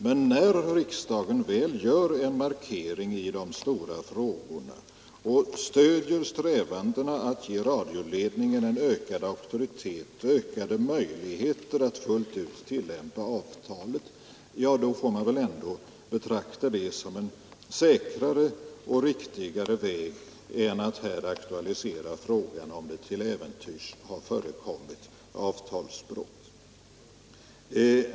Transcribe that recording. Men när riksdagen väl gör en markering i de stora frågorna och stödjer strävandena att ge radioledningen en ökad auktoritet och ökade möjligheter att fullt ut tillämpa avtalet, då får man väl ändå betrakta det som en säkrare och riktigare väg än att här aktualisera frågan om det till äventyrs har förekommit avtalsbrott.